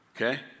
Okay